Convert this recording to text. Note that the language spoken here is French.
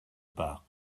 pars